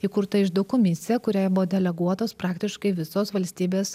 įkurta iždo komisija kuriai buvo deleguotos praktiškai visos valstybės